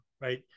right